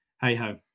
hey-ho